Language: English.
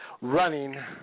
Running